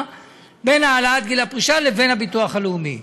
בין העלאת גיל הפרישה לבין הביטוח הלאומי.